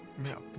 meal.